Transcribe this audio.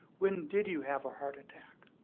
when did you have a heart attack?